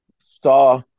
Saw